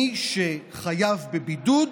מי שחייב בבידוד,